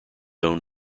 own